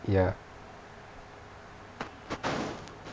ya